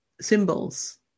symbols